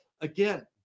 again